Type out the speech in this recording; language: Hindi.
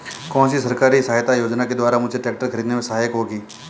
कौनसी सरकारी सहायता योजना के द्वारा मुझे ट्रैक्टर खरीदने में सहायक होगी?